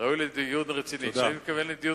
ראוי לדיון רציני, תודה.